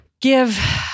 Give